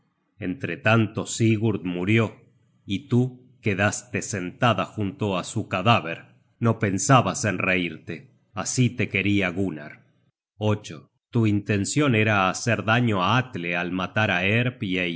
arte entretanto sigurd murió y tú quedaste sentada junto á su cadáver no pensabas en reirte así te queria gunnar tu intencion era hacer daño á atle al matar á